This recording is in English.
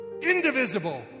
Indivisible